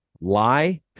lie